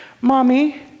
Mommy